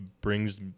brings